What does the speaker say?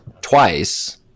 twice